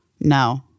No